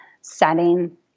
setting